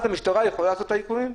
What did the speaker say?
אז המשטרה יכולה לעשות את האיכונים.